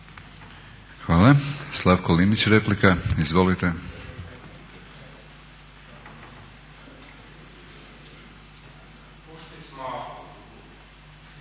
Hvala. Ivan Šuker, replika. Izvolite.